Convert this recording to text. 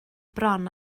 bron